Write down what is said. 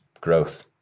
growth